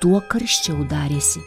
tuo karščiau darėsi